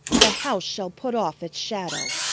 the house shall put off its shadow.